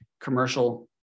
commercial